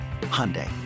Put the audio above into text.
Hyundai